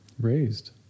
raised